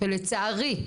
ולצערי,